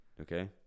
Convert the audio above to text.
Okay